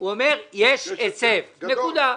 הוא אומר שיש היצף, נקודה.